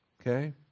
okay